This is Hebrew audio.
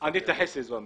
אני אתייחס לאזור המרכז.